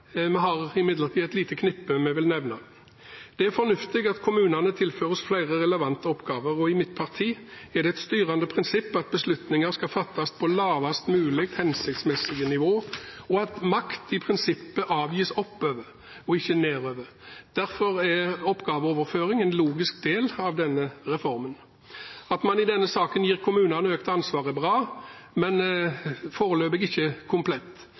Vi har imidlertid et lite knippe vi vil nevne. Det er fornuftig at kommunene tilføres flere relevante oppgaver, og i mitt parti er det et styrende prinsipp at beslutninger skal fattes på lavest mulig hensiktsmessig nivå, og at makt i prinsippet avgis oppover, ikke nedover. Derfor er oppgaveoverføring en logisk del av denne reformen. At man i denne saken gir kommunene økt ansvar, er bra, men det er foreløpig ikke komplett.